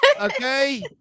Okay